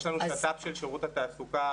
יש לנו שת"פ של שירות התעסוקה.